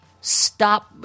stop